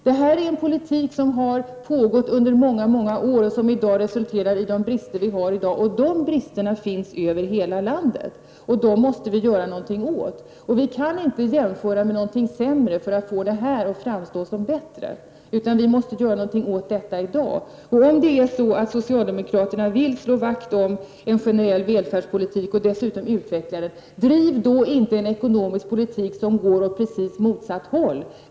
Detta är en politik som har pågått under många år, och resultatet har blivit de brister vi har i dag. Dessa brister finns över hela landet, och dem måste vi göra någonting åt. Vi kan inte jämföra med någonting sämre bara för att få detta att framstå som bättre. Vi måste i stället i dag göra någonting åt detta. Om socialdemokraterna vill slå vakt om en generell välfärdspolitik och dessutom utveckla den, driv då inte en ekonomisk politik som går åt precis motsatt håll.